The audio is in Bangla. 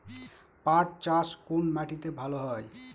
পাট চাষ কোন মাটিতে ভালো হয়?